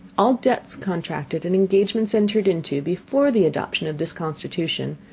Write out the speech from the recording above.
all debts contracted and engagements entered into, before the adoption of this constitution,